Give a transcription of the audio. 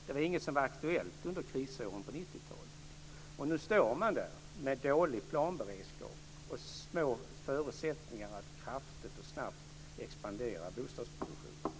Det var inget som var aktuellt under krisåren på 90-talet, och nu står man där med dålig planberedskap och små förutsättningar att kraftigt och snabbt expandera bostadsproduktionen.